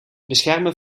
beschermen